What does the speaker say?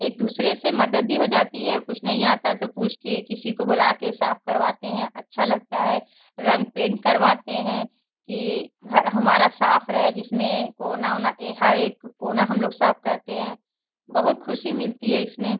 एक दूसरे से मदद भी हो जाती है कुछ नहीं आता है तो पूछ कर किसी को बुलाकर साफ करवाते हैं अच्छा लगता है रंग पेंट करवाते हैं कि घर हमारा साफ रहे जिसमें कोना ओना यह हर एक कोना हम लोग साफ करते हैं बहुत ख़ुशी मिलती है इसमें